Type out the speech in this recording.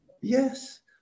yes